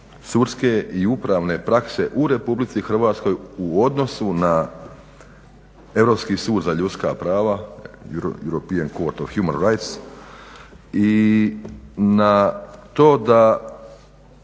sudske i upravne prakse u Republici Hrvatskoj u odnosu na Europski sud za ljudska prava European Court of Human Rights i na to da